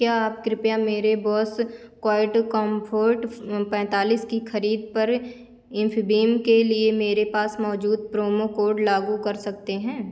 क्या आप कृपया मेरे बोस क्वाइट कॉम्फोर्ट पैंतालीस की ख़रीद पर इन्फीबीम के लिए मेरे पास मौजूद प्रोमो कोड लागू कर सकते हैं